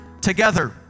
together